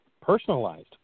personalized